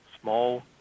small